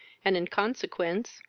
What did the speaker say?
and, in consequence,